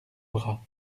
bras